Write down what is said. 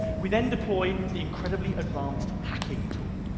we then deploy the incredibly advanced hacking tool.